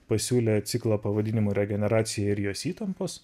pasiūlė ciklą pavadinimu regeneracija ir jos įtampos